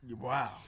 Wow